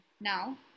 now